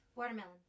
Watermelon